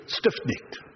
stiff-necked